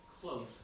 close